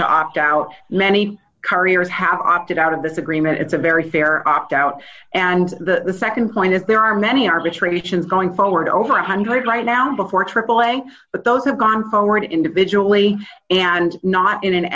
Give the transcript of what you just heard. to opt out many carriers have opted out of this agreement it's a very fair opt out and the nd point if there are many arbitrations going forward over a one hundred right now before tripling but those have gone forward individually and not in an